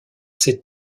ces